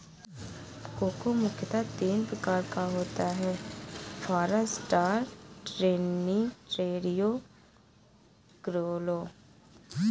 cocoa मुख्यतः तीन प्रकार का होता है फारास्टर, ट्रिनिटेरियो, क्रिओलो